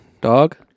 dog